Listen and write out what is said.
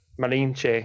Malinche